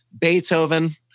Beethoven